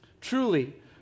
Truly